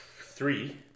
Three